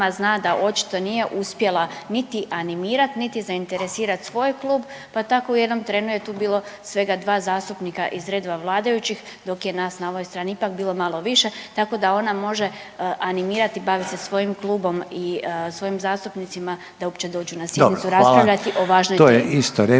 zna očito nije uspjela niti animirati, niti zainteresirati svoj klub, pa tako u jednom trenu je tu bilo svega dva zastupnika iz redova vladajućih, dok je nas na ovoj strani ipak bilo malo više. Tako da ona može animirati, bavit se svojim klubom i svojim zastupnicima da uopće dođu na sjednicu raspravljati o važnoj temi.